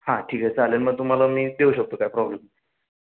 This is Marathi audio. हां ठीके चालेल मं तुम्हाला मी देऊ शकतो काय प्रॉब्लेम